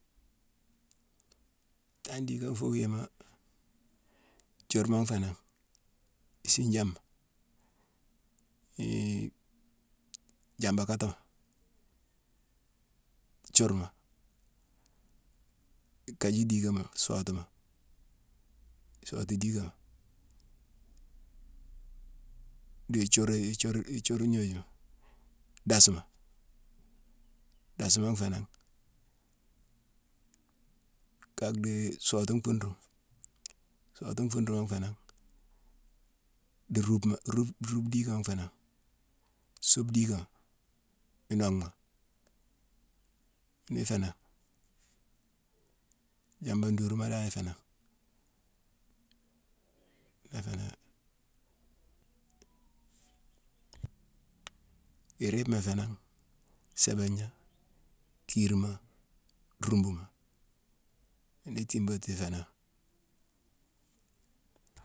Tangne diigé fuu wiima: thiurma nfé nangh, isiijama, jambakongh, thiurma, ikaji diigama, sootuma, isootu diigama, di thiur yéye-ithiur-ithiur-ithiur-gnojuma dasma, dasma nfé nangh, kaa dhii sootu nfuuruma, sootu nfuuruma nfé nangh, di rubma-rube-rube diigama nfé nangh, sube diigama, inonghma ni nfé nangh, jamba duuruma dan ifé nangh, iriibma ifé nangh, sébagnangh, kiirima, rumbuma. Yune itiibade tuudu ifé nangh.